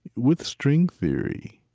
with string theory,